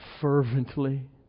fervently